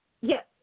Yes